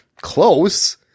close